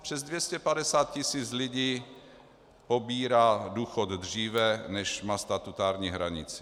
Přes 250 tisíc lidí pobírá důchody dříve, než má statutární hranici.